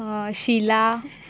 शिला